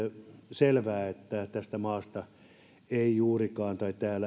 selvää että tässä maassa ei juurikaan